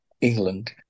england